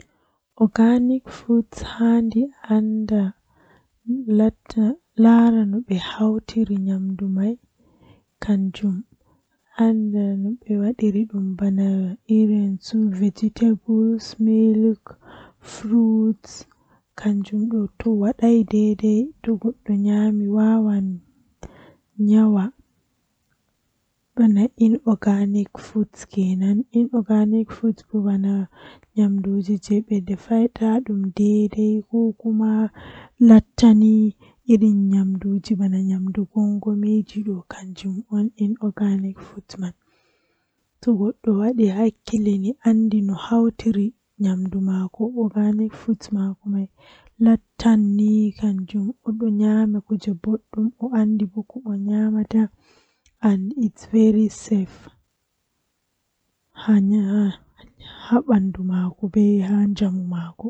To ayidi woggago nyi'e ma aheban woodi kobe woggirta nyi'e bedon wiya dum brush, Aheba dum aheba be maklin ma don mana sabulu on amma kanjum jei woggugo nyi'e, Awada haander asofna hunduko ma be ndiyam awada brush man haa nder atokka yiggugo nyi'e ma to laabi alallita be nyidam atuta ndiyam man.